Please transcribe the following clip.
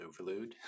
overload